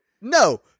No